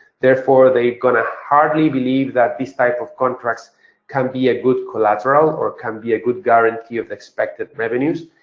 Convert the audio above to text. therefore, they're going to hardly believe that these type of contracts can be a good collateral or can be a good guarantee of expected revenues.